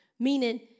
Meaning